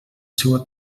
seua